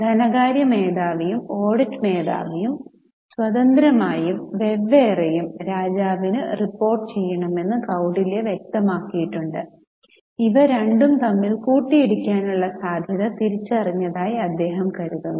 ധനകാര്യ മേധാവിയും ഓഡിറ്റ് മേധാവിയും സ്വതന്ത്രമായും വെവ്വേറെയും രാജാവിന് റിപ്പോർട്ട് ചെയ്യണമെന്ന് കൌടില്യ വ്യക്തമാക്കിയിട്ടുണ്ട് ഇവ രണ്ടും തമ്മിൽ കൂട്ടിയിടിക്കാനുള്ള സാധ്യത തിരിച്ചറിഞ്ഞതായി അദ്ദേഹം കരുതുന്നു